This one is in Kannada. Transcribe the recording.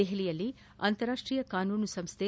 ದೆಹಲಿಯಲ್ಲಿ ಅಂತಾರಾಷ್ಷೀಯ ಕಾನೂನು ಸಂಸ್ಥೆ